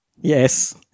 Yes